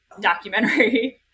documentary